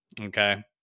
Okay